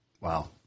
Wow